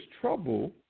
trouble